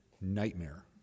nightmare